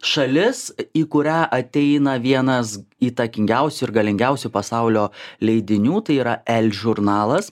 šalis į kurią ateina vienas įtakingiausių ir galingiausių pasaulio leidinių tai yra el žurnalas